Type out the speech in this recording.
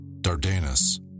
Dardanus